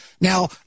Now